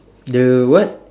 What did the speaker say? the what